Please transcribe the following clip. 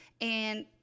And-